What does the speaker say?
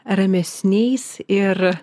ramesniais ir